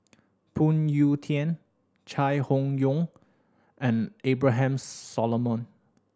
Phoon Yew Tien Chai Hon Yoong and Abraham Solomon